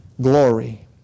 glory